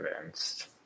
convinced